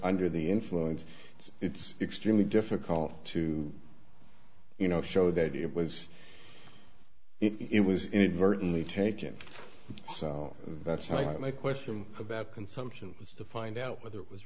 under the influence so it's extremely difficult to you know show that it was it was inadvertently taken so that's how i got my question about consumption was to find out whether it was